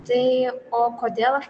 tai o kodėl aš